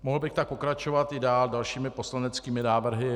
Mohl bych tak pokračovat dále, dalšími poslaneckými návrhy.